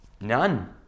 none